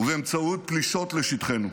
ובאמצעות פלישות לשטחנו.